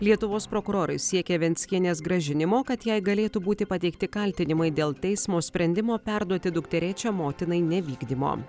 lietuvos prokurorai siekia venckienės grąžinimo kad jai galėtų būti pateikti kaltinimai dėl teismo sprendimo perduoti dukterėčią motinai nevykdymo